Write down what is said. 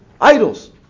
idols